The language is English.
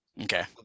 Okay